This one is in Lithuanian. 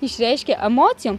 išreiškia emocijom